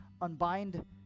unbind